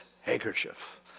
handkerchief